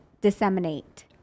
disseminate